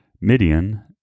Midian